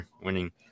winning